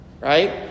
Right